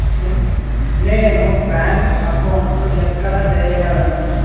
నేను bank account ఎక్కడ సేయగలను